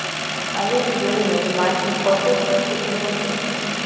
আলুর জন্যে মাটি কতো দিন শুকনো উচিৎ?